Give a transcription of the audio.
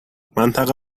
منطقه